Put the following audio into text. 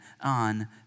on